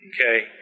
Okay